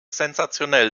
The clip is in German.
sensationell